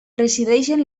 resideixen